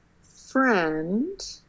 friend